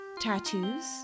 tattoos